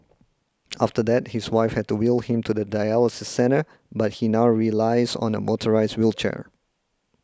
after that his wife had to wheel him to the dialysis centre but he now relies on a motorised wheelchair